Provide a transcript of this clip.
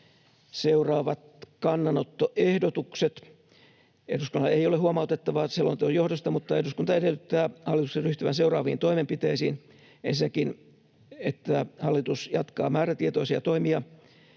seuraavat kannanottoehdotukset: ”Eduskunnalla ei ole huomautettavaa selonteon johdosta, mutta eduskunta edellyttää hallituksen ryhtyvän seuraaviin toimenpiteisiin: ensinnäkin, että hallitus jatkaa määrätietoisia toimia